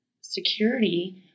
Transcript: security